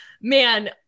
man